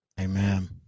Amen